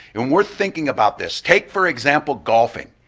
and we're thinking about this, take, for example, golfing.